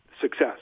success